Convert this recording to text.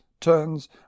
turns